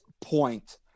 point